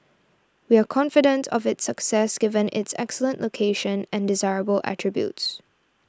we are confidence of its success given its excellent location and desirable attributes